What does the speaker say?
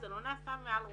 זה לא נעשה מעל ראשם,